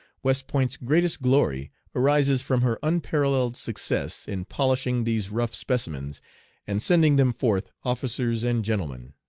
west point's greatest glory arises from her unparalleled success in polishing these rough specimens and sending them forth officers and gentlemen.